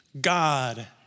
God